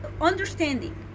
understanding